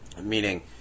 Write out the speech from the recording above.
Meaning